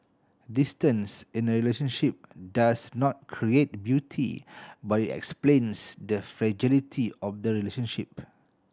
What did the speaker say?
distance in a relationship does not create beauty but it explains the fragility of the relationship